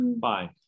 Fine